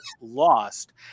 lost